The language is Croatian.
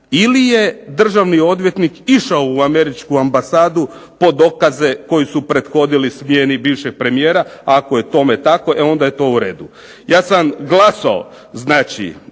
ili je državni odvjetnik išao u američku ambasadu po dokaze koji su prethodili smjeni bivšeg premijera. A ako je tome tako e onda je to u redu. Ja sam glasao znači